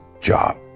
job